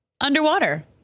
underwater